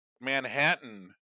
Manhattan